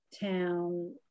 town